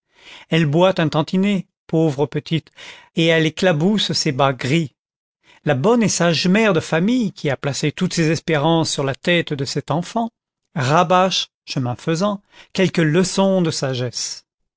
elle boite un tantinet pauvre petite et elle éclabousse ses bas gris la bonne et sage mère de famille qui a placé toutes ses espérances sur la tête de cette enfant rabâche chemin faisant quelques leçons de sagesse